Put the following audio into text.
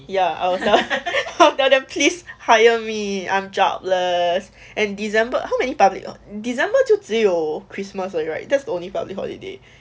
ya I would tell tell them please hire me I'm jobless and december how many public or december 就只有 christmas right that's the only public holiday